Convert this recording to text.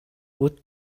what